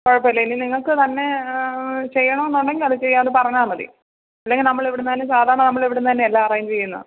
കുഴപ്പമില്ല ഇനി നിങ്ങൾക്ക് തന്നെ ചെയ്യണമെന്ന് ഉണ്ടെങ്കിൽ അത് ചെയ്യാം അത് പറഞ്ഞാൽ മതി അല്ലെങ്കിൽ നമ്മൾ ഇവിടുന്ന് തന്നെ സാധാരണ നമ്മൾ ഇവിടുന്ന് തന്നെയാണ് എല്ലാം അറേഞ്ച് ചെയ്യുന്നത്